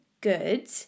good